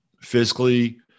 physically